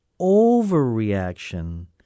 overreaction